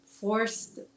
forced